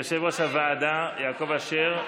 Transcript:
יושב-ראש הוועדה יעקב אשר,